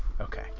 Okay